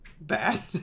bad